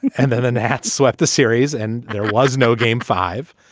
and then and that's swept the series and there was no game five.